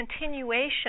continuation